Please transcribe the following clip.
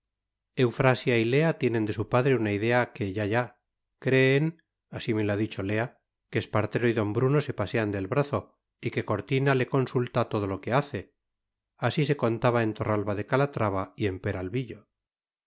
eufrasia y lea tienen de su padre una idea que ya ya creen así me lo ha dicho lea que espartero y d bruno se pasean del brazo y que cortina le consulta todo lo que hace así se contaba en torralba de calatrava y en peralvillo